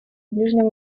ближнем